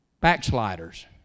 backsliders